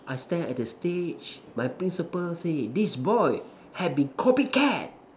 I stand at the stage my principal say this boy had been copy cat